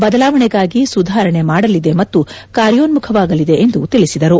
ಬದಲಾವಣೆಗಾಗಿ ಸುಧಾರಣೆ ಮಾಡಲಿದೆ ಮತ್ತು ಕಾರ್ಯೋನ್ನುಖವಾಗಲಿದೆ ಎಂದು ತಿಳಿಸಿದರು